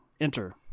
enter